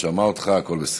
שמע אותך, הכול בסדר.